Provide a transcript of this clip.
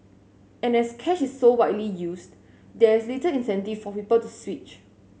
and as cash is so widely used there's little incentive for people to switch